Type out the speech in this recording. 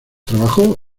trabajó